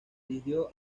dirigió